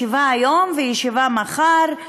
ישיבה היום וישיבה מחר,